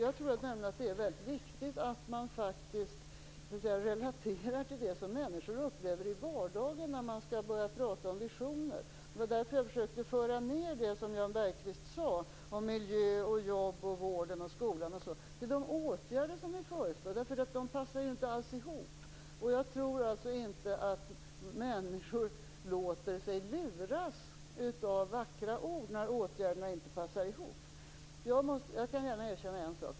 Det är väldigt viktigt att man faktiskt relaterar till det som människor upplever i vardagen när man skall tala om visioner. Det var därför som jag försökte att föra ned det som Jan Bergqvist sade om miljö, jobb, vården och skolan till den nivån. De åtgärder ni föreslår passar inte alls ihop. Jag tror alltså inte att människor låter sig luras av vackra ord när åtgärderna inte passar ihop. Jag kan gärna erkänna en sak.